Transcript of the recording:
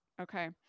Okay